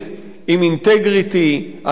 עם אינטגריטי אמיתי.